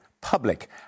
public